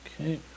Okay